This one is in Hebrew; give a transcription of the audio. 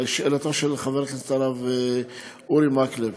לשאלתו של חבר הכנסת הרב אורי מקלב,